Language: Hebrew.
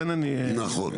נכון.